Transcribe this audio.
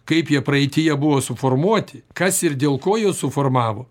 kaip jie praeityje buvo suformuoti kas ir dėl ko juos suformavo